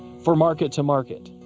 for market to market,